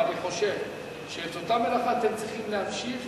ואני חושב שאת אותה מלאכה אתם צריכים להמשיך,